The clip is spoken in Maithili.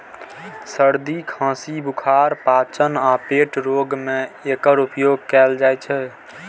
सर्दी, खांसी, बुखार, पाचन आ पेट रोग मे एकर उपयोग कैल जाइ छै